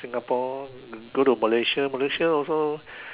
Singapore go to Malaysia Malaysia also